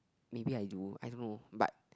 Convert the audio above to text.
maybe I do I don't know but